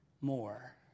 more